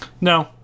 No